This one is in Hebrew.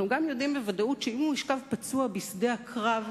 אנחנו גם יודעים בוודאות שאם הוא ישכב פצוע בשדה הקרב,